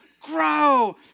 grow